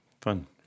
Fun